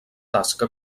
tasca